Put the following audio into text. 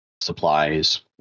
supplies